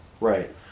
Right